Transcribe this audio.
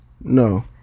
no